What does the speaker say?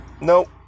Nope